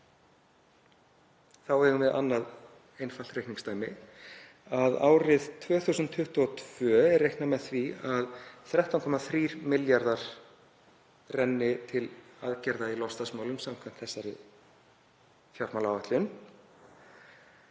Þá eigum við annað einfalt reikningsdæmi, árið 2022 er reiknað með því að 13,3 milljarðar renni til aðgerða í loftslagsmálum samkvæmt þessari fjármálaáætlun.